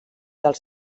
dels